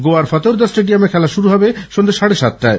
গোয়ার ফতোরদা স্টেডিয়ামে খেলা শুরু হবে সন্ধ্যা সাড়ে সাতটায়